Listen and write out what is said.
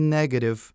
negative